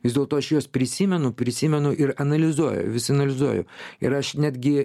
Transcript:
vis dėlto aš juos prisimenu prisimenu ir analizuoju vis analizuoju ir aš netgi